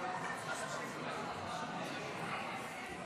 49 בעד, 37 נגד.